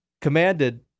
commanded